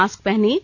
mask पहनें